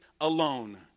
alone